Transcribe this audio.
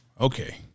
Okay